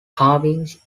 carvings